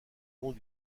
long